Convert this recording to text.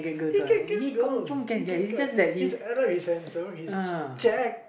he can get girls he can get he's adept he's handsome he's jacked